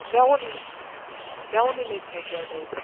مےٚ ووٚنٕے نہٕ مےٚ ووٚنٕے نَے ژےٚ گۄڈَے